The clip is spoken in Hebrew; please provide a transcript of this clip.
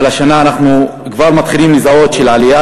אבל השנה אנחנו כבר מתחילים לזהות עלייה